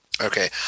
Okay